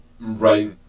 right